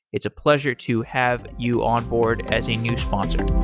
it's a pleasure to have you onboard as a new sponsor